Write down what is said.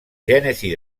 gènesi